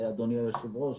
אדוני היושב-ראש,